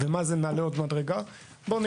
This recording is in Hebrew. כלומר,